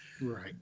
right